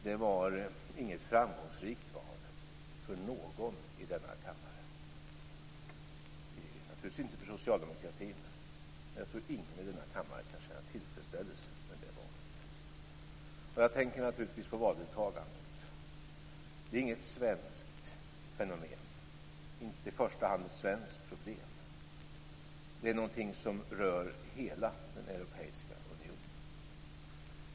Det var inget framgångsrikt val för någon i denna kammare. Det var det naturligtvis inte för socialdemokratin, men jag tror inte att någon i denna kammare kan känna tillfredsställelse med det valet. Jag tänker naturligtvis på valdeltagandet. Det är inget svenskt fenomen och inte i första hand ett svenskt problem. Det är någonting som rör hela den europeiska unionen.